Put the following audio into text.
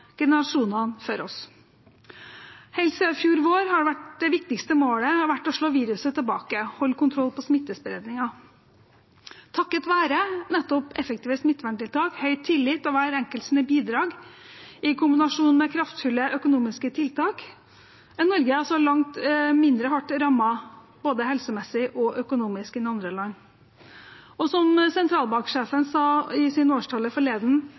generasjonene før oss. Helt siden i fjor vår har det viktigste målet vært å slå viruset tilbake og holde kontroll på smittespredningen. Takket være nettopp effektive smitteverntiltak, høy tillit og bidragene til hver enkelt i kombinasjon med kraftfulle økonomiske tiltak er Norge langt mindre rammet både helsemessig og økonomisk enn andre land. Som sentralbanksjefen sa i sin årstale forleden,